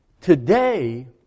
Today